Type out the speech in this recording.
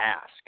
ask